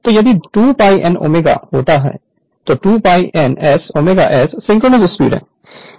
तो यह 2 π n ω होगा और 2 π n S ω S synchronous speed है